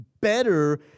better